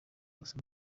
hose